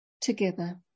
together